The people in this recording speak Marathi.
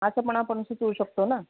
असं पण आपण सुचवू शकतो ना